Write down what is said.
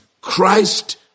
Christ